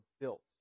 built